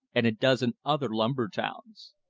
and a dozen other lumber towns.